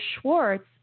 Schwartz